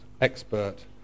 expert